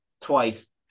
twice